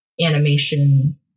animation